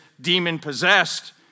demon-possessed